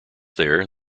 there